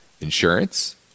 Insurance